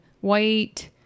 White